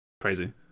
Crazy